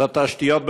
לתשתיות במירון,